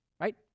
Right